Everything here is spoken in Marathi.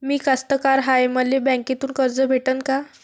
मी कास्तकार हाय, मले बँकेतून कर्ज भेटन का?